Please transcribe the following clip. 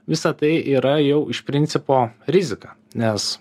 visa tai yra jau iš principo rizika nes